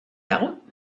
out